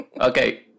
Okay